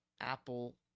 Apple